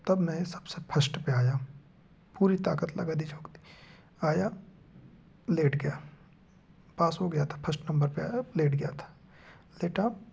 तब मैं सबसे फर्स्ट पर आया पूरी ताकत लगा दी झोंक दी आया लेट गया पास हो गया था फर्स्ट नंबर पर आया लेट गया था लेटा